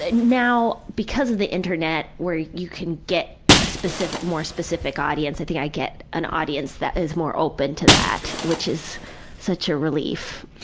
ah now, because of the internet where you can get ah a more specific audience, i think i get an audience that is more open to that which is such a relief.